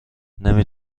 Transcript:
نمی